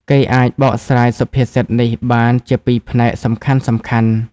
គេអាចបកស្រាយសុភាសិតនេះបានជាពីរផ្នែកសំខាន់ៗ។